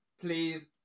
please